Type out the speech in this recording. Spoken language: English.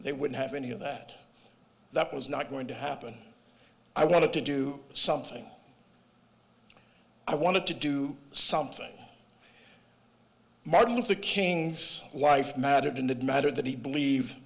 they wouldn't have any of that that was not going to happen i wanted to do something i wanted to do something martin luther king's wife mattered in a matter that he believe